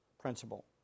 principle